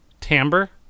timbre